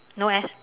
no eh